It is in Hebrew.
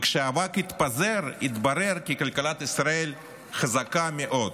ושכשהאבק יתפזר, יתברר כי כלכלת ישראל חזקה מאוד.